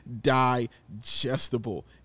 digestible